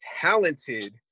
talented